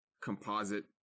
composite